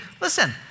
listen